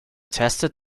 tested